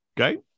Okay